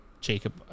Jacob